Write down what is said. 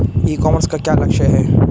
ई commerce का लक्ष्य क्या है?